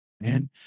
man